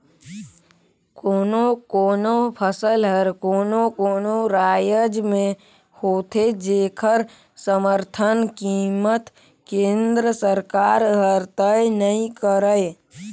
कोनो कोनो फसल हर कोनो कोनो रायज में होथे जेखर समरथन कीमत केंद्र सरकार हर तय नइ करय